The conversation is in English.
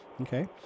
Okay